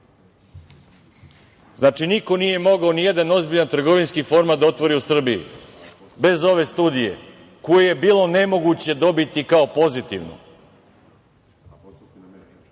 čitam. Znači, niko nije mogao ni jedan ozbiljni trgovinski format da otvori u Srbiji bez ove studije koju je bilo nemoguće dobiti kao pozitivnu. Ako bi se neko